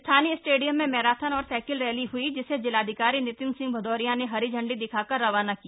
स्थानीय स्टेडियम में मैराथन और साइलिक रैली हुई जिसे जिलाधिकारी नितिन सिंह भदौरिया ने हरी झंडी दिखाकर रवाना किया